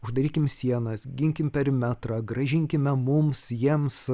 uždarykim sienas ginkim perimetrą grąžinkime mums jiems